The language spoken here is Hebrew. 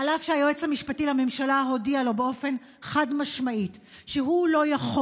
אף שהיועץ המשפטי לממשלה הודיע לו באופן חד-משמעי שהוא לא יכול